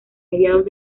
mediados